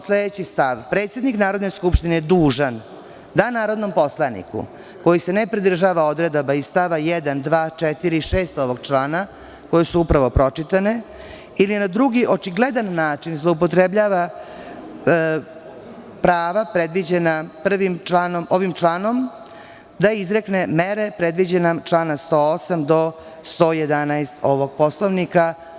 Sledeći stav - Predsednik Narodne skupštine je dužan da narodnom poslaniku koji se ne pridržava odredaba iz stava 1, 2, 4. i 6. ovog člana, koje su upravo pročitane, ili na drugi očigledan način zloupotrebljava prava predviđena ovim članom, izrekne mere predviđene članom 108. do 111. ovog poslovnika.